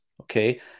okay